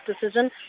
decision